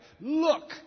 Look